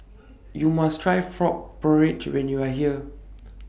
YOU must Try Frog Porridge when YOU Are here